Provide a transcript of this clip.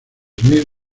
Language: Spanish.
smith